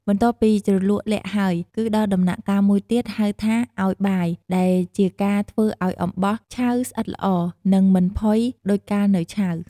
បន្ទាប់ពីជ្រលក់ល័ក្តហើយគឺដល់ដំណាក់កាលមួយទៀតហៅថាឲ្យបាយ ដែលជាការធ្វើឲ្យអំបោះឆៅស្អិតល្អនិងមិនផុយដូចកាលនៅឆៅ។